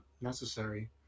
necessary